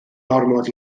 ormod